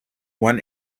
one